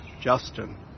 Justin